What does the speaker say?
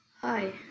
Hi